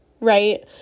right